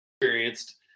experienced